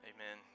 Amen